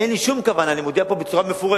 אין לי שום כוונה, אני מודיע פה בצורה מפורשת,